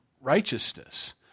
righteousness